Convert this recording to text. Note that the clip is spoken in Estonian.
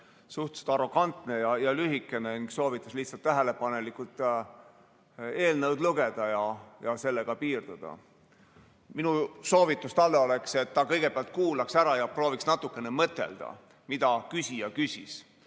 suhteliselt arrogantne ja lühike, ta soovitas lihtsalt tähelepanelikult eelnõu lugeda ja sellega piirduda. Minu soovitus talle oleks see, et ta kõigepealt kuulaks ära ja prooviks natuke mõtelda, mida küsija küsis.